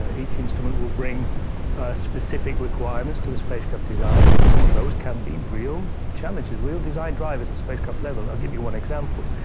ah each instrument will bring specific requirements to the spacecraft design and some of those can be real challenges, real design drive is at spacecraft level, i'll give you one example.